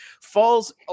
falls